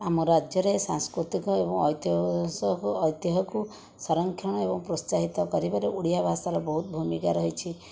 ଆମ ରାଜ୍ୟରେ ସାଂସ୍କୃତିକ ଏବଂ ଐତିହସକୁ ଐତିହକୁ ସଂରକ୍ଷଣ ଏବଂ ପ୍ରୋତ୍ସାହିତ କରିବାରେ ଓଡ଼ିଆ ଭାଷାର ବହୁତ ଭୂମିକା ରହିଛି